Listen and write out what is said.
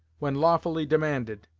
when lawfully demanded,